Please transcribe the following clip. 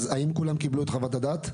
האם כולם קיבלו את חוות הדעת?